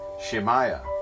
Shemaiah